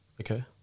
Okay